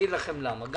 גם